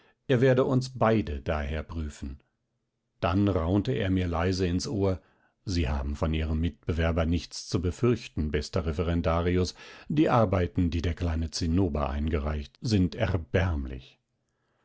er werde uns beide daher prüfen dann raunte er mir leise ins ohr sie haben von ihrem mitbewerber nichts zu befürchten bester referendarius die arbeiten die der kleine zinnober eingereicht sind erbärmlich